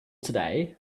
today